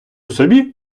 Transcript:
собі